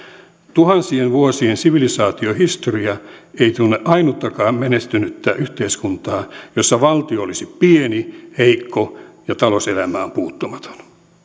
tuhansien vuosien sivilisaatiohistoria ei tunne ainuttakaan menestynyttä yhteiskuntaa jossa valtio olisi pieni heikko ja talouselämään puuttumaton